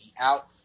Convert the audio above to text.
out